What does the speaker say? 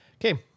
Okay